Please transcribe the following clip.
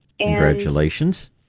Congratulations